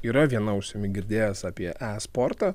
yra viena ausimi girdėjęs apie esportą